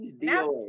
Now